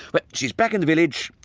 but she's back in the village,